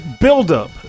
buildup